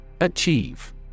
Achieve